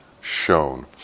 shown